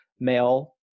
male